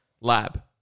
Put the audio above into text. lab